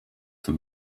for